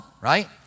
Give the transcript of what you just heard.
right